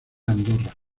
andorra